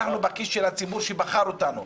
אנחנו בכיס של הציבור שבחר אותנו,